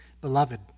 Beloved